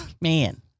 man